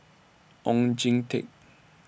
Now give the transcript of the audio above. Oon Jin Teik